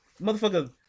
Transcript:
Motherfucker